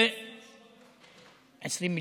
20 שניות.